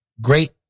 great